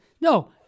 no